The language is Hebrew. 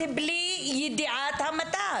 -- בלי ידיעת המת"ק.